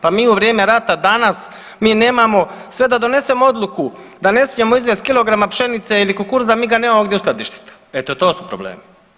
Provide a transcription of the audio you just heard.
Pa mi u vrijeme rata danas mi nemamo sve da donesemo odluku da ne smijemo izvest kilograma pšenice ili kukuruza mi ga nemamo gdje uskladištiti, eto to su problemi.